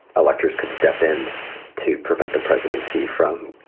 electors could step in to prevent the presidency from,